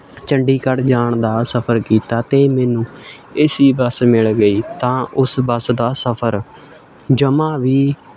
ਚੰਡੀਗੜ੍ਹ ਜਾਣ ਦਾ ਸਫ਼ਰ ਕੀਤਾ ਅਤੇ ਮੈਨੂੰ ਏ ਸੀ ਬੱਸ ਮਿਲ ਗਈ ਤਾਂ ਉਸ ਬੱਸ ਦਾ ਸਫ਼ਰ ਜਮਾਂ ਵੀ